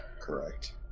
Correct